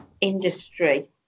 industry